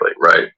right